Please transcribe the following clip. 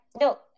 no